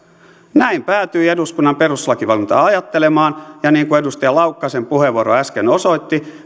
näin päätyi eduskunnan perustuslakivaliokunta ajattelemaan ja niin kuin edustaja laukkasen puheenvuoro äsken osoitti